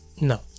No